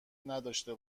نداشته